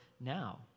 now